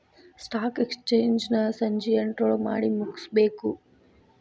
stock exchange ನ ಸಂಜಿ ಎಂಟ್ರೊಳಗಮಾಡಿಮುಗ್ಸ್ಬೇಕು